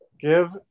give